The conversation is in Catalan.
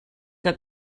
que